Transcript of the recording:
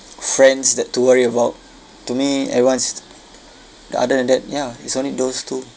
friends that to worry about to me everyone's the other than that ya it's only those two